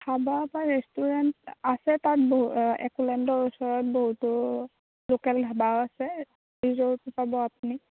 ধাবা বা ৰেষ্টোৰেণ্ট আছে তাত বহু এক'লেণ্ডৰ ওচৰত বহুতো লোকেল ধাবাও আছে ৰিজ'ৰ্ট পাব আপুনি